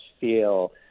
feel